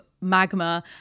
magma